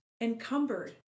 encumbered